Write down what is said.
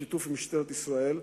בשיתוף עם משטרת ישראל,